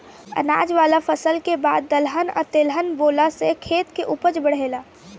अनाज वाला फसल के बाद दलहन आ तेलहन बोआला से खेत के ऊपज बढ़ेला